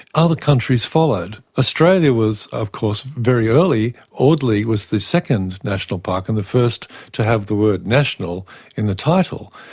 other countries followed. australia was of course very early, audley was the second national park and the first to have the word national in the title.